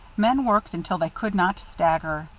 men worked until they could not stagger,